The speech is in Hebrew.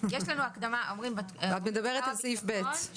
את מדברת על סעיף 2(ב).